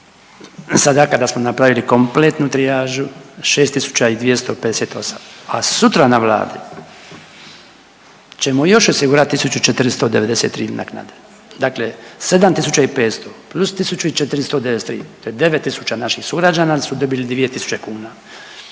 sada kada smo napravili kompletnu trijažu 6.258, a sutra na Vladi ćemo još osigurati 1.493 naknade. Dakle, 7.500 plus 1.493 to je 9 tisuća naših sugrađana su dobili 2 tisuće kuna.